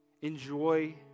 enjoy